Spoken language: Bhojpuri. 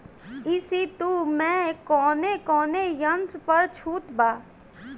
ई.सी टू मै कौने कौने यंत्र पर छुट बा?